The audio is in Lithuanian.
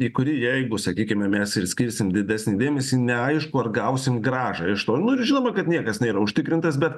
į kurį jeigu sakykime mes ir skirsim didesnį dėmesį neaišku ar gausim grąžą iš to nu ir žinoma kad niekas nėra užtikrintas bet